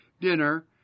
dinner